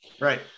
right